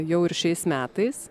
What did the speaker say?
jau ir šiais metais